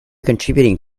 contributing